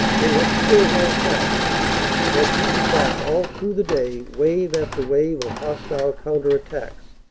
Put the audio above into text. they had still held fast and had beaten back all through the day wave after wave of hostile counter-attacks,